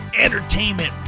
entertainment